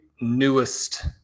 newest